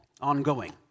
Ongoing